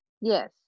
Yes